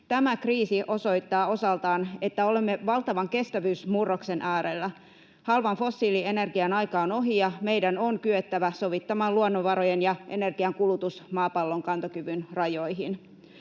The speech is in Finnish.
Tämä kriisi osoittaa osaltaan, että olemme valtavan kestävyysmurroksen äärellä. Halvan fossiilienergian aika on ohi, ja meidän on kyettävä sovittamaan luonnonvarojen ja energian kulutus maapallon kantokyvyn rajoihin.